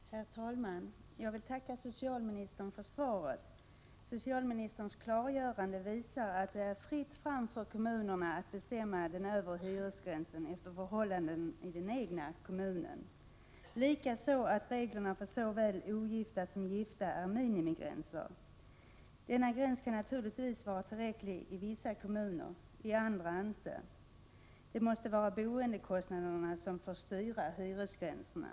Herr talman! Jag vill tacka socialministern för svaret. Socialministerns klargörande visar att det är fritt fram för kommunerna att bestämma den övre hyresgränsen efter förhållandena i den egna kommunen, likaså att reglerna för såväl ogifta som gifta utgör en minimigräns. Denna gräns kan naturligtvis våra tillräcklig i vissa kommuner men inte i andra. Det måste vara boendekostnaderna som skall få styra hyresgränserna.